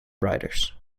writers